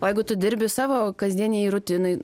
o jeigu tu dirbi savo kasdienėj rutinoj